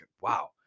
wow